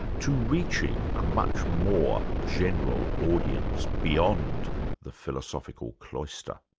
to reaching a much more general audience, beyond the philosophical cloister.